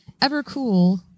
ever-cool